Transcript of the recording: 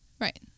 right